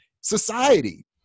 society